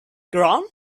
ground